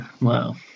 Wow